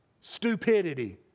stupidity